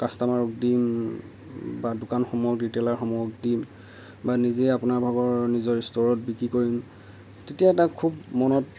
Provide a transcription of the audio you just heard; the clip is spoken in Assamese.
কাষ্টমাৰক দিম বা দোকানসমূহক ৰিটেইলাৰসমূহক দিম বা নিজে আপোনাভাগৰ নিজৰ ষ্ট'ৰত বিক্ৰী কৰিম তেতিয়া তাক খুব মনত